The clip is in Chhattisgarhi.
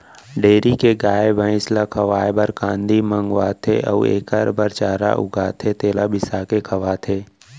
डेयरी के गाय, भँइस ल खवाए बर कांदी मंगवाथें अउ एकर बर चारा उगाथें तेला बिसाके खवाथें